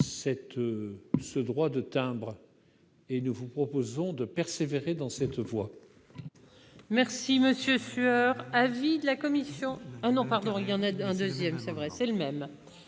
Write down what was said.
ce droit de timbre et nous vous proposons de persévérer dans cette voie